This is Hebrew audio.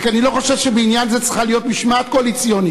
רק אני לא חושב שבעניין זה צריכה להיות משמעת קואליציונית,